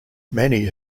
many